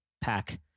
pack